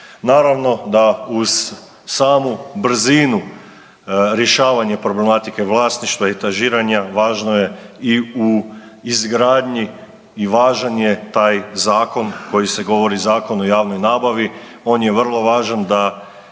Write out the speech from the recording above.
Naravno da uz samu brzinu rješavanja problematike vlasništva, etažiranja važno je i u izgradnji i važan je taj zakon koji se govori Zakon o javnoj nabavi. On je vrlo važan da,